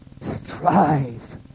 strive